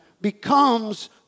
becomes